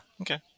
okay